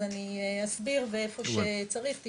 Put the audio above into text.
אז אני אסביר ואיפה שצריך,